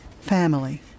family